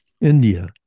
India